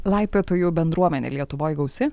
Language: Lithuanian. laipiotųjų bendruomenė lietuvoj gausi